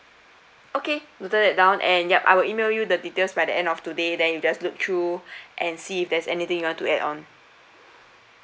okay noted it down and yup I'll email you the details by the end of today then you just look through and see if there's anything you want to add on